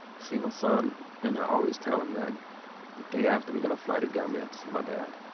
see my son and i always tell him that the day after we're going to fly to gambia to see my dad.